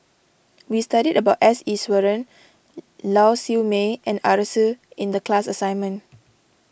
we studied about S Iswaran Lau Siew Mei and Arasu in the class assignment